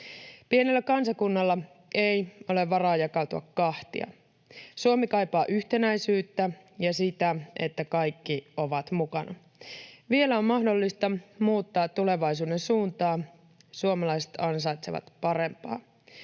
Pienellä kansakunnalla ei ole varaa jakautua kahtia. Suomi kaipaa yhtenäisyyttä ja sitä, että kaikki ovat mukana. Vielä on mahdollista muuttaa tulevaisuuden suuntaa. Suomalaiset ansaitsevat parempaa.